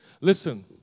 listen